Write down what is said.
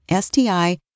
STI